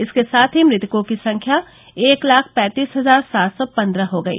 इसके साथ ही मृतकों की संख्या एक लाख पैंतीस हजार सात सौ पन्द्रह हो गई